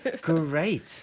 great